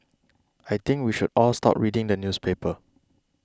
I think we should all stop reading the newspaper